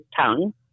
tongue